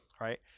right